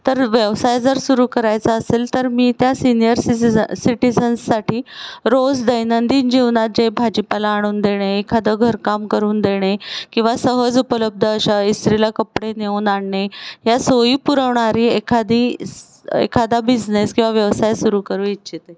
तर व्यवसाय जर सुरू करायचा असेल तर मी त्या सिनियर सिजिज सिटीझन्ससाठी रोज दैनंदिन जीवनात जे भाजीपाला आणून देणे एखादं घरकाम करून देणे किंवा सहज उपलब्ध अशा इस्त्रीला कपडे नेऊन आणणे या सोयी पुरवणारी एखादी स् एखादा बिझनेस किंवा व्यवसाय सुरू करू इच्छिते